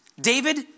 David